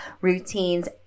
routines